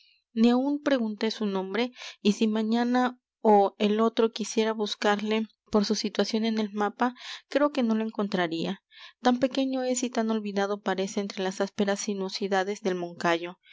ni aun pregunté su nombre y si mañana ó el otro quisiera buscarle por su situación en el mapa creo que no lo encontraría tan pequeño es y tan olvidado parece entre las ásperas sinuosidades del moncayo